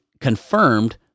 confirmed